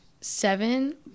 seven